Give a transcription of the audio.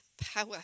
power